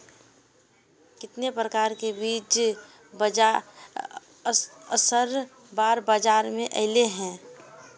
कितने प्रकार के बीज असल बार बाजार में ऐले है?